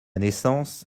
naissance